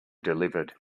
delivered